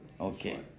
Okay